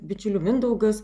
bičiulių mindaugas